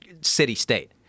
city-state